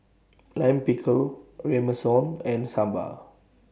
Lime Pickle Ramyeon and Sambar